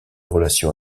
relation